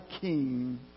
king